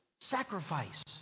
sacrifice